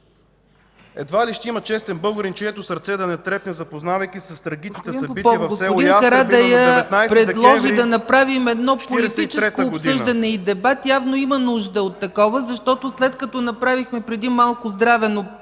Едва ли ще има честен българин, чието сърце да не трепне, запознавайки се с трагичните събития в село Ястребино на 19 декември 1943 година.